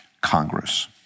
Congress